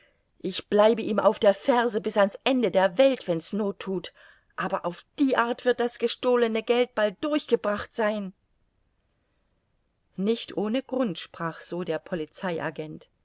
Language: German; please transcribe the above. ich bleibe ihm auf der ferse bis an's ende der welt wenn's noth thut aber auf die art wird das gestohlene geld bald durchgebracht sein nicht ohne grund sprach so der